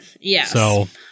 Yes